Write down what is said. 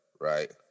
Right